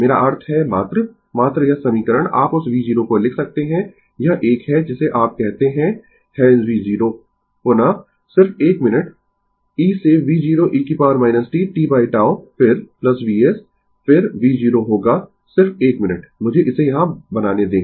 मेरा अर्थ है मात्र मात्र यह समीकरण आप उस v0 को लिख सकते है यह 1 है जिसे आप कहते है है v0 पुनः सिर्फ एक मिनट e से v0 e t tτ फिर Vs फिर v0 होगा सिर्फ 1 मिनट मुझे इसे यहाँ बनाने दें